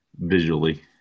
visually